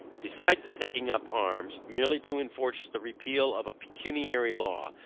besides, the taking up arms, merely to enforce the repeal of a pecuniary law,